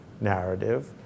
narrative